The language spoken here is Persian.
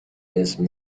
اسم